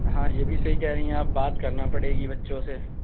ہاں یہ بھی صحیح کہہ رہی ہیں آپ بات کرنا پڑے گی بچوں سے